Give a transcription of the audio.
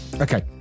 Okay